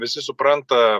visi supranta